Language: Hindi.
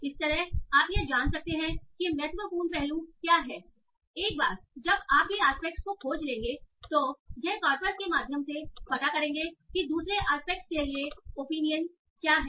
इस तरह आप यह जान सकते हैं कि महत्वपूर्ण पहलू क्या हैं एक बार जब आप भी एस्पेक्टस को खोज लेंगे तो यह कॉरपस के माध्यम से पता करेंगे की दूसरे एस्पेक्टस के लिए क्या ओपिनियन हैं